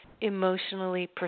emotionally